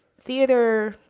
theater